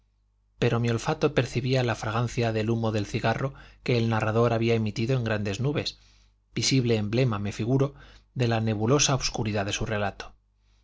pero mi olfato percibía la fragancia del humo del cigarro que el narrador había emitido en grandes nubes visible emblema me figuro de la nebulosa obscuridad de su relato